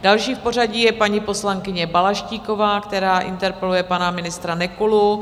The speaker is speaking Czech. Další v pořadí je paní poslankyně Balaštíková, která interpeluje pana ministra Nekulu.